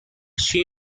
she